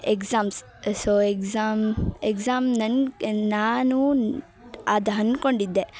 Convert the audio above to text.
exams so exam exam ನನ್ ನಾನು ಅದು ಅನ್ಕೊಂಡಿದ್ದೆ